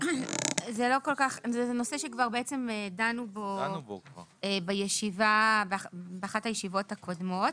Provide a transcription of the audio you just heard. זה נושא שכבר בעצם דנו בו באחת הישיבות הקודמות.